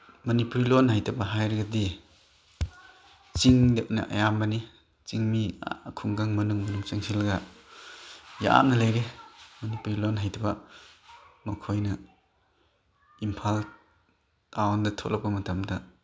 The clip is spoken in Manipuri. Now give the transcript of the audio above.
ꯃꯅꯤꯄꯨꯔꯤ ꯂꯣꯟ ꯍꯩꯇꯕ ꯍꯥꯏꯔꯒꯗꯤ ꯆꯤꯡꯗꯅ ꯑꯌꯥꯝꯕꯅꯤ ꯆꯤꯡꯃꯤ ꯑꯥ ꯈꯨꯡꯒꯪ ꯃꯅꯨꯡ ꯆꯪꯁꯤꯜꯂꯒ ꯌꯥꯝꯅ ꯂꯩꯔꯦ ꯃꯅꯤꯄꯨꯔꯤ ꯂꯣꯟ ꯍꯩꯇꯕ ꯃꯈꯣꯏꯅ ꯏꯝꯐꯥꯜ ꯇꯥꯎꯟꯗ ꯊꯣꯛꯂꯛꯄ ꯃꯇꯝꯗ